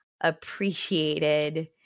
appreciated